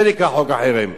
זה נקרא חוק החרם.